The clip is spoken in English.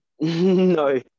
no